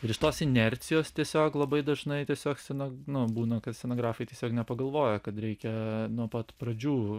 ir iš tos inercijos tiesiog labai dažnai tiesiog scena nu būna kad scenografai tiesiog nepagalvoja kad reikia nuo pat pradžių